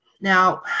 Now